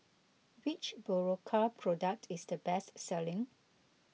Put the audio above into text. which Berocca product is the best selling